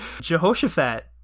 Jehoshaphat